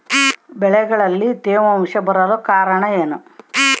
ಬೆಳೆಗಳಲ್ಲಿ ತೇವಾಂಶ ಬರಲು ಕಾರಣ ಏನು?